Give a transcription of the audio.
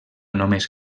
només